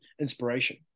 inspiration